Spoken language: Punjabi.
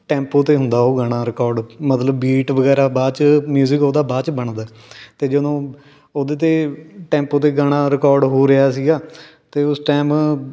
ਟੈਂਪੋ 'ਤੇ ਹੁੰਦਾ ਉਹ ਗਾਣਾ ਰਿਕੋਡ ਮਤਲਬ ਬੀਟ ਵਗੈਰਾ ਬਾਅਦ 'ਚ ਮਿਊਜ਼ਿਕ ਉਹਦਾ ਬਾਅਦ 'ਚ ਬਣਦਾ ਅਤੇ ਜਦੋਂ ਉਹਦੇ 'ਤੇ ਟੈਂਪੋ 'ਤੇ ਗਾਣਾ ਰਿਕੋਡ ਹੋ ਰਿਹਾ ਸੀਗਾ ਅਤੇ ਉਸ ਟਾਈਮ